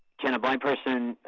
can a blind person